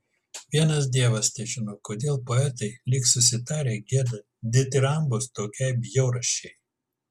vienas dievas težino kodėl poetai lyg susitarę gieda ditirambus tokiai bjaurasčiai